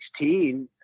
2016